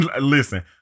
Listen